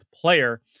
player